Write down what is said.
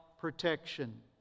protection